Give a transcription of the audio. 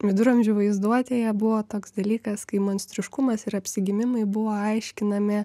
viduramžių vaizduotėje buvo toks dalykas kai monstriškumas ir apsigimimai buvo aiškinami